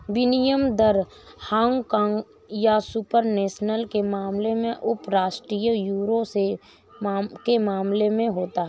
विनिमय दर हांगकांग या सुपर नेशनल के मामले में उपराष्ट्रीय यूरो के मामले में होता है